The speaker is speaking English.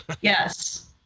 Yes